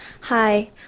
Hi